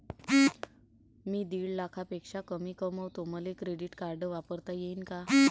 मी दीड लाखापेक्षा कमी कमवतो, मले क्रेडिट कार्ड वापरता येईन का?